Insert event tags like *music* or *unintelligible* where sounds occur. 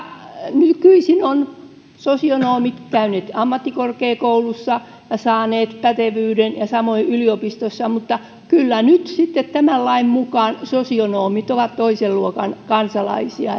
nykyisin ovat sosionomit käyneet ammattikorkeakoulussa ja saaneet pätevyyden ja samoin yliopistossa mutta kyllä nyt sitten tämän lain mukaan sosionomit ovat toisen luokan kansalaisia *unintelligible*